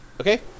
Okay